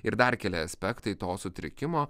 ir dar keli aspektai to sutrikimo